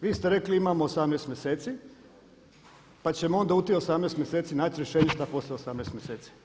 Vi ste rekli imamo 18 mjeseci, pa ćemo onda u tih 18 mjeseci naći rješenje šta poslije 18 mjeseci.